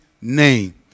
name